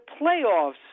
playoffs